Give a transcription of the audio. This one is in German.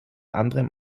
anderem